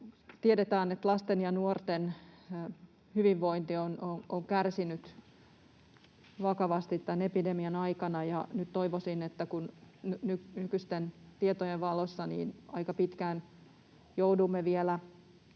Tiedetään, että lasten ja nuorten hyvinvointi on kärsinyt vakavasti tämän epidemian aikana, ja nyt toivoisin, että kun nykyisten tietojen valossa aika pitkään joudumme vielä